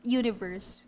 universe